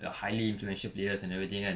your highly influential players and everything kan